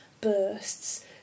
bursts